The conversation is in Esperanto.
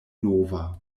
nova